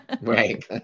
right